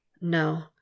No